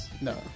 No